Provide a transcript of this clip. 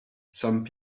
some